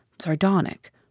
sardonic